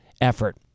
effort